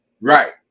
right